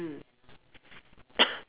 mm